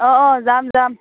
অঁ অঁ যাম যাম